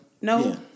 No